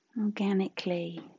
Organically